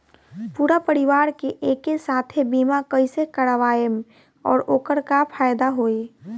पूरा परिवार के एके साथे बीमा कईसे करवाएम और ओकर का फायदा होई?